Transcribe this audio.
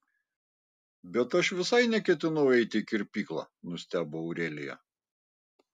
bet aš visai neketinau eiti į kirpyklą nustebo aurelija